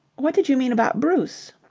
what did you mean about bruce?